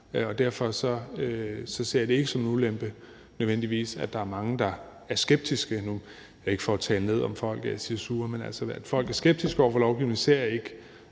Derfor ser jeg det ikke nødvendigvis som en ulempe, at der er mange, der nu er skeptiske. Det er ikke for at tale ned til folk, at jeg siger, de er sure. At folk er skeptiske over for lovgivningen, ser jeg